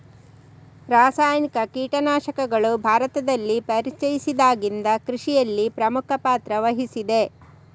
ರಾಸಾಯನಿಕ ಕೀಟನಾಶಕಗಳು ಭಾರತದಲ್ಲಿ ಪರಿಚಯಿಸಿದಾಗಿಂದ ಕೃಷಿಯಲ್ಲಿ ಪ್ರಮುಖ ಪಾತ್ರ ವಹಿಸಿದೆ